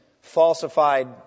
falsified